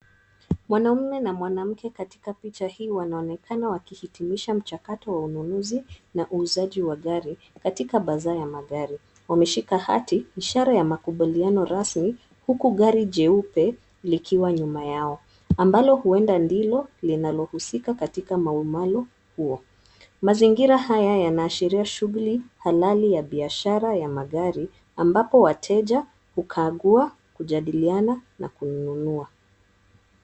Mwanaume na mwanamke katika picha hii wanaonekana wakihitimisha mchakato wa ununuzi na uuzaji wa gari, katika baza ya magari. Wameshika hati, ishara ya makubaliano rasmi, huku gari jeupe likiwa nyuma yao ambalo huenda ndilo ninalohusika katika maumalo huo. Mazingira haya yanaashiria shugulii halali ya biashara ya magari, ambapo wateja hukagua, hujadiliana na kununua.